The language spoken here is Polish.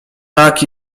tak